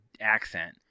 accent